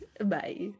Bye